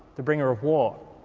the bringer of war.